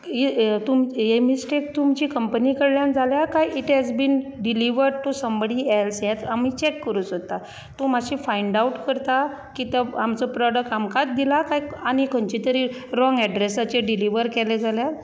ये ये तुम ही मिस्टेक तुमचे कंपनी कडल्यान जाल्या कांय it has been delivered to somebody else हेच आमी चॅक करूंक सोदता तूं मातशी फायंड आवट करता की तो आमचो प्रोडक्ट आमकांच दिलां कांय तो आनी खंयचें तरी रोंग अेड्ररेसाचेर डिलिव्हर केल्या जाल्यार